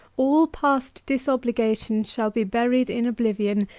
all past disobligations shall be buried in oblivion,